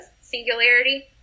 singularity